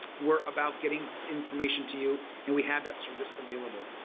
we're about getting information to you and we have that service available.